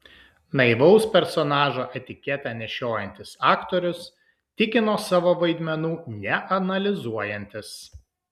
naivaus personažo etiketę nešiojantis aktorius tikino savo vaidmenų neanalizuojantis